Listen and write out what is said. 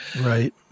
Right